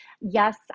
yes